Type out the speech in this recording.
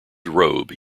robe